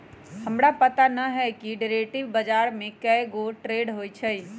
हमरा पता न हए कि डेरिवेटिव बजार में कै गो ट्रेड होई छई